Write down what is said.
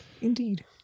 Indeed